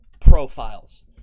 profiles